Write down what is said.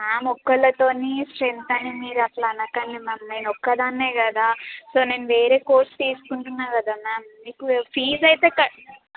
ma'am ఒకరితో strength అని మీరు అట్లా అనకండి మ్యామ్ నేను ఒక దాన్ని కదా సో నేను వేరే కోర్స్ తీసుకుంటున్నాను కదా మ్యామ్ మీకు ఫీజ్ అయితే క